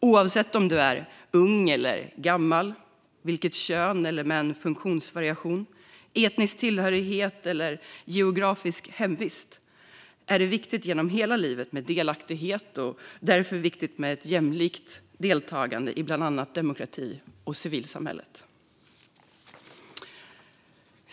Oavsett om du är ung eller gammal och oavsett kön, funktionsvariation, etnisk tillhörighet eller geografisk hemvist, är det genom hela livet viktigt med delaktighet. Och därför är det viktigt med ett jämlikt deltagande i bland annat demokrati och civilsamhälle.